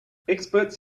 experts